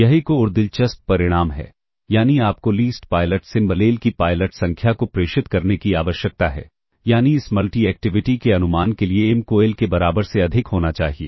यह एक और दिलचस्प परिणाम है यानी आपको लीस्ट पायलट सिंबल L की पायलट संख्या को प्रेषित करने की आवश्यकता है यानी इस मल्टी एक्टिविटी के अनुमान के लिए M को L के बराबर से अधिक होना चाहिए